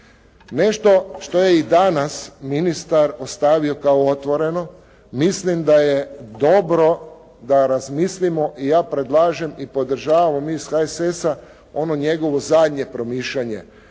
Nešto što je i danas ministar ostavio kao otvoreno, mislim da je dobro da razmilimo i ja predlažem i podržavam, mi iz HSS-a ono njegovo zadnje promišljaje,